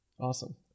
Awesome